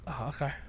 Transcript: Okay